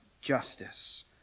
justice